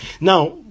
Now